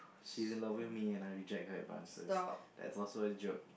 she's in love with me and I reject her advances that's also a joke